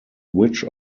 which